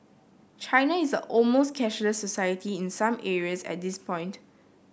China is almost cashless society in some areas at this point